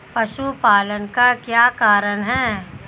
पशुपालन का क्या कारण है?